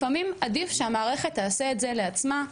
לפעמים עדיף שהמערכת תעשה את זה לעצמה,